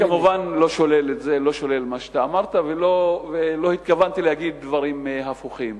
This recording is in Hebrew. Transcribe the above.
אני כמובן לא שולל את מה שאתה אמרת ולא התכוונתי להגיד דברים הפוכים.